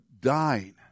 dying